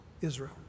Israel